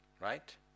right